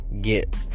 get